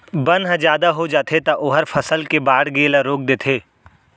बन ह जादा हो जाथे त ओहर फसल के बाड़गे ल रोक देथे